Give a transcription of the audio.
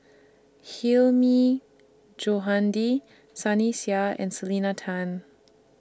Hilmi Johandi Sunny Sia and Selena Tan